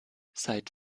seit